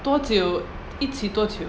多久一起多久